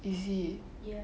is it